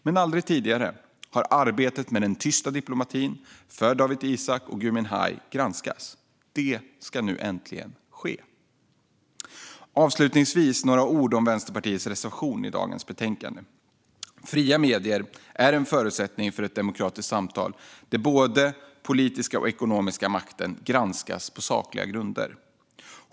Men aldrig tidigare har arbetet med den tysta diplomatin för Dawit Isaak och Gui Minhai granskats. Det ska nu äntligen ske. Avslutningsvis ska jag säga några ord om Vänsterpartiets reservation i dagens betänkande. Fria medier är en förutsättning för ett demokratiskt samtal där både den politiska och den ekonomiska makten granskas på sakliga grunder.